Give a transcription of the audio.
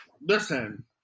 Listen